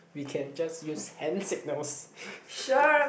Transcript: we can just use hand signals